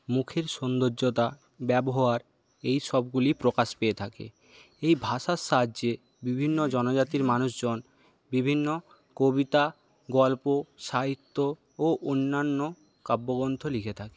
মুখের সৌন্দর্যতা ব্যবহার এই সবগুলি প্রকাশ পেয়ে থাকে এই ভাষার সাহায্যে বিভিন্ন জনজাতির মানুষজন বিভিন্ন কবিতা গল্প সাহিত্য ও অন্যান্য কাব্যগ্রন্থ লিখে থাকে